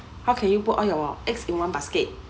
how can you put all your eggs in one basket